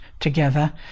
together